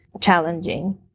challenging